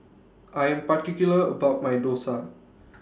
I Am particular about My Dosa